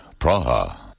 Praha